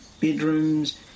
Bedrooms